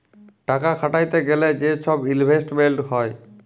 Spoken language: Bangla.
টাকা খাটাইতে গ্যালে যে ছব ইলভেস্টমেল্ট হ্যয়